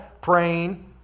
Praying